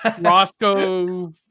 Roscoe